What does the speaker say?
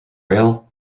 rail